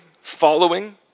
following